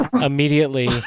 immediately